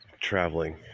traveling